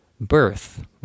birth